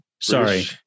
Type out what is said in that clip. Sorry